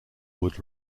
would